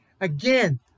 Again